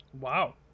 wow